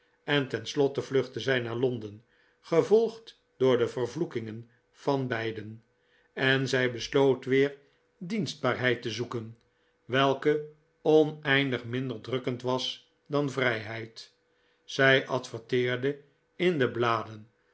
en ten slotte vluchtte zij naar londen gevolgd door de vervloekingen van beiden en zij besloot weer dienstbaarheid te zoeken welke oneindig minder drukkend was dan vrijheid zij adverteerde in de bladen